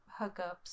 hookups